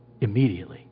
immediately